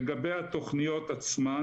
לגבי התכניות עצמן.